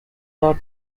are